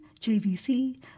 JVC